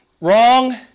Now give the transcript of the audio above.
wrong